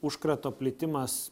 užkrato plitimas